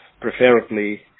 preferably